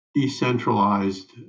decentralized